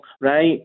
right